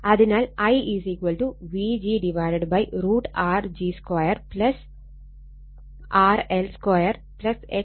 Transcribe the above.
അതിനാൽ I Vg √ Rg 2 RL 2 Xg2 XL2